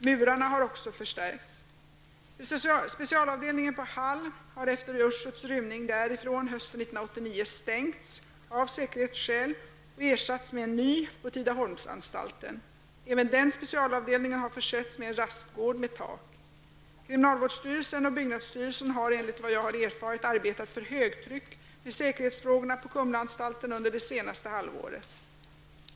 Murarna har också förstärkts. Specialavdelningen på Hall har efter Tidaholmsanstalten. Även den specialavdelningen har försetts med en rastgård med tak. Kriminalvårdsstyrelsen och byggnadsstyrelsen har enligt vad jag har erfarit arbetat för högtryck med säkerhetsfrågorna på Kumlaanstalten under det senaste halvåret.